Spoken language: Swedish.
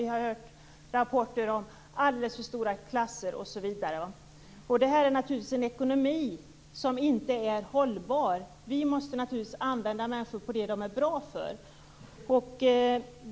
Vi har hört rapporter om alldeles för stora klasser osv. Detta är naturligtvis en ekonomi som inte är hållbar. Vi måste självfallet använda människor till det som de är bra på.